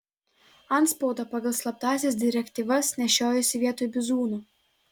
antspaudą pagal slaptąsias direktyvas nešiojosi vietoj bizūno